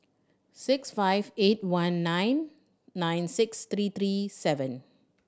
six five eight one nine nine six three three seven